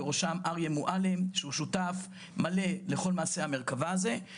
בראשם אריה מועלם שהוא שותף מלא לכל מעשה המרכבה הזה,